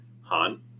Han